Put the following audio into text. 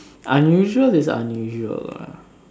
unusual is unusual lah